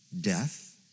death